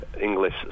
English